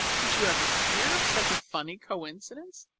did you ever hear of such a funny coincidence?